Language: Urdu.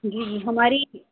جی جی ہماری